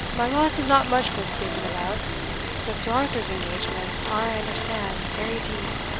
my loss is not much worth speaking about but sir arthur's engagements are, i understand, very deep,